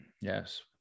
yes